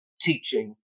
teaching